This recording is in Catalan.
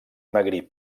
magrib